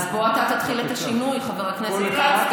אז בוא אתה תתחיל את השינוי, חבר הכנסת כץ.